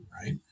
right